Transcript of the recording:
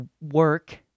work